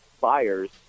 buyers